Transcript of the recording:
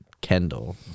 Kendall